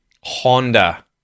Honda